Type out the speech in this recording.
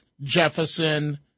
Jefferson